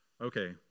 Okay